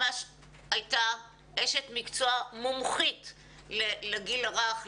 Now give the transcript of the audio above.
היא ממש הייתה אשת מקצוע מומחית לגיל הרך,